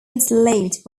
enslaved